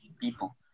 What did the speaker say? people